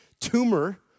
tumor